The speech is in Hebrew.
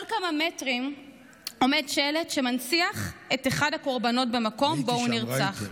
כל כמה מטרים עומד שלט שמנציח את אחד הקורבנות במקום שבו הוא נרצח.